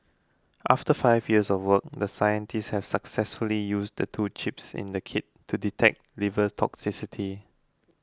after five years of work the scientists have successfully used the two chips in the kit to detect liver toxicity